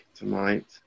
tonight